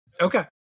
okay